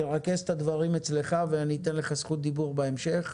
תרכז את הדברים אצלך ואתן לך רשות דיבור בהמשך.